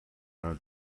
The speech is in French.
l’un